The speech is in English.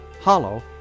hollow